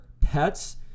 pets